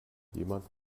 jemand